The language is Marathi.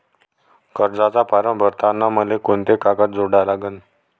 कर्जाचा फारम भरताना मले कोंते कागद जोडा लागन?